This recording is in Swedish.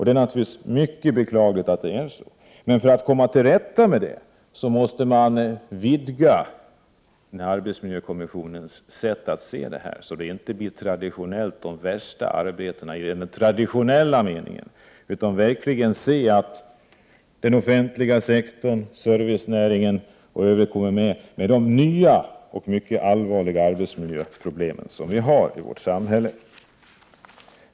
Det är naturligtvis mycket beklagligt, men för att komma till rätta med förhållandena måste man vidga arbetsmiljökommissionens sätt att se på detta, så att det inte blir de i den traditionella meningen värsta arbetena som kvinnorna hamnar i. Arbetsmiljökommissionen måste se till att den offentliga sektorn, servicenäringarna och övriga områden där kvinnor är anställda kommer med när man tar upp de nya och mycket allvarliga arbetsmiljöproblem som vi har i vårt samhälle.